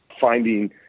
finding